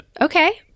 Okay